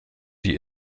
die